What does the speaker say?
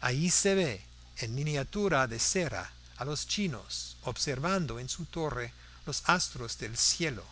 allí se ve en miniatura de cera a los chinos observando en su torre los astros del cielo